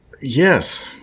Yes